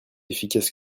efficace